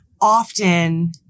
often